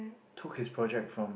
took his project from